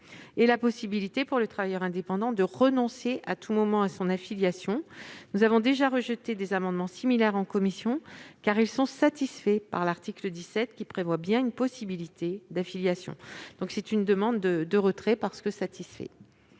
et la possibilité pour les travailleurs indépendants de renoncer à tout moment à leur affiliation. Nous avons déjà rejeté des amendements similaires en commission, car ils sont satisfaits par l'article 17, qui prévoit bien une possibilité d'affiliation. Par conséquent, la commission demande le retrait